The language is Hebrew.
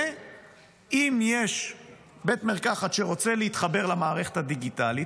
ואם יש בית מרקחת שרוצה להתחבר למערכת הדיגיטלית,